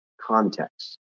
Context